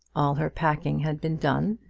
all her packing had been done,